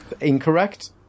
Incorrect